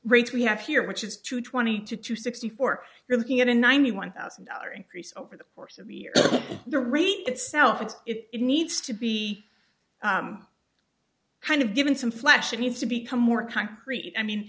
rates we have here which is to twenty two to sixty four you're looking at a ninety one thousand dollar increase over the course of the rape itself it's it needs to be kind of given some flash it needs to become more concrete i mean